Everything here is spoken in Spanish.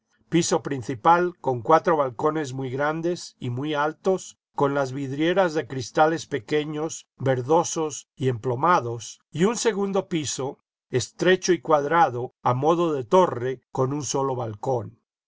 piso principal con cuatro balcones muy grandes y muy altos con las vidrieras de cristales pequeños verdosos y emplomados y un segundo piso estrecho y cuadrado a modo de torre con un solo balcón